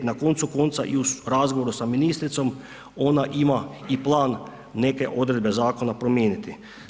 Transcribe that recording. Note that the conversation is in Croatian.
Na koncu konca i u razgovoru sa ministricom, ona ima i plan neke odredbe zakona promijeniti.